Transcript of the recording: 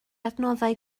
adnoddau